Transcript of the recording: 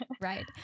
Right